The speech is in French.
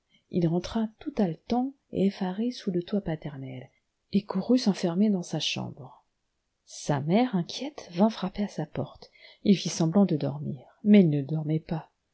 il rentra tout haletant et effaré sous le toit paternel et courut s'enfermer dans sa chambre sa mère inquiète vint frapper à sa porte il fit semblant de dormir mais il ne dormait pas